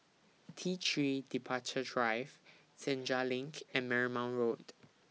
T three Departure Drive Senja LINK and Marymount Road